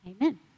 Amen